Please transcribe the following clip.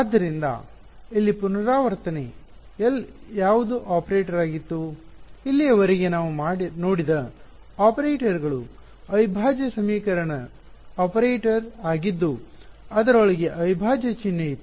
ಆದ್ದರಿಂದ ಇಲ್ಲಿ ಪುನರಾವರ್ತನೆ L ಯಾವುದು ಆಪರೇಟರ್ ಆಗಿತ್ತು ಇಲ್ಲಿಯವರೆಗೆ ನಾವು ನೋಡಿದ ಆಪರೇಟರ್ಗಳು ಅವಿಭಾಜ್ಯ ಸಮೀಕರಣ ಆಪರೇಟರ್ ಆಗಿದ್ದು ಅದರೊಳಗೆ ಅವಿಭಾಜ್ಯ ಚಿಹ್ನೆ ಇತ್ತು